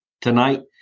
tonight